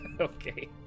Okay